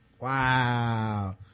Wow